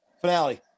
finale